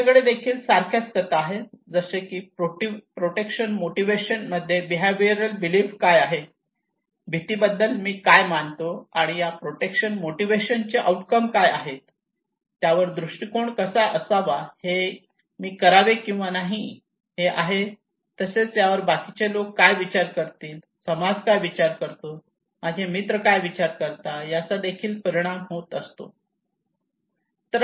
त्यांच्याकडे देखील सारख्याच कथा आहेत जसे की प्रोटेक्शन मोटिवेशन मध्ये बिहेविअरल बिलीफ काय आहेत भीती बद्दल मी काय मानतो आणि या प्रोटेक्शन मोटिवेशन चे आउटकम काय आहेत त्यावर दृष्टिकोन कसा असावा हे मी करावे किंवा नाही हे आहे तसेच यावर बाकीचे लोक काय विचार करतील समाज काय विचार करतो माझे मित्र काय विचार करतात याचादेखील परिणाम होत असतो